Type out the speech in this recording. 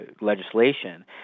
legislation